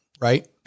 right